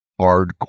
hardcore